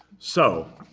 so